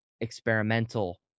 experimental